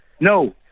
No